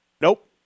Nope